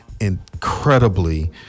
incredibly